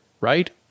right